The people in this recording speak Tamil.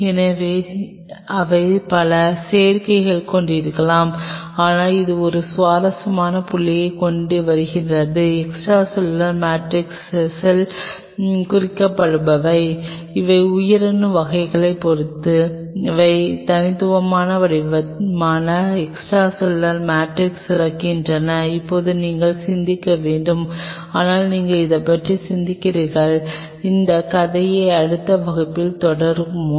எனவே அவை பல சேர்க்கைகளைக் கொண்டிருக்கலாம் ஆனால் இது ஒரு சுவாரஸ்யமான புள்ளியைக் கொண்டுவருகிறது எக்ஸ்ட்ரா செல்லுலார் மேட்ரிக்ஸ் செல் குறிப்பிட்டவை அவை உயிரணு வகையைப் பொறுத்து அவை அந்த தனித்துவமான வடிவமான எக்ஸ்ட்ரா செல்லுலார் மேட்ரிக்ஸ் சுரக்கின்றன இப்போது நீங்கள் சிந்திக்க வேண்டும் ஆனால் நீங்கள் அதைப் பற்றி சிந்திக்கிறீர்கள் இந்த கதையை அடுத்த வகுப்பில் தொடரும் முன்